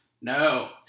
No